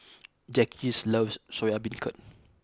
Jacques loves Soya Beancurd